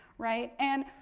right? and,